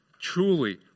truly